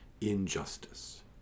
injustice